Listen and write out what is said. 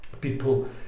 people